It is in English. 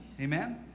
amen